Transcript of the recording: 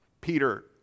Peter